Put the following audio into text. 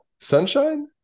Sunshine